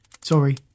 sorry